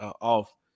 off